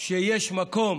שיש מקום